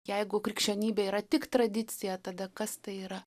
jeigu krikščionybė yra tik tradicija tada kas tai yra